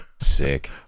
Sick